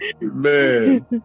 Man